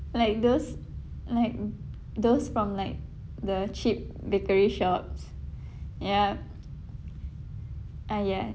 like those like those from like the cheap bakery shops ya uh ya